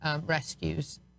rescues